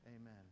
Amen